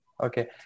Okay